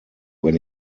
when